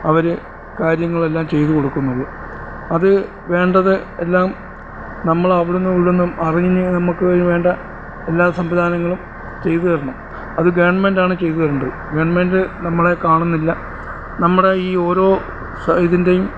അവർ കാര്യങ്ങളെല്ലാം ചെയ്ത് കൊടുക്കുന്നുള്ളു അത് വേണ്ടത് എല്ലാം അവിടുന്നും ഇവിടുന്നും അറിഞ്ഞ് നമുക്ക് അതിന് വേണ്ട എല്ലാ സംവിധാനങ്ങളും ചെയ്ത് തരണം അത് ഗവൺമെൻ്റ് ആണ് ചെയ്ത് തരേണ്ടത് ഗവൺമെൻ്റ് നമ്മളെ കാണുന്നില്ല നമ്മുടെ ഈ ഓരോ ഇതിൻ്റെയും